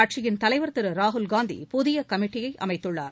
கட்சியின் தலைவர் திரு ராகுல்காந்தி புதிய கமிட்டியை அமைத்துள்ளார்